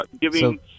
Giving